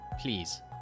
please